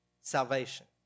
salvation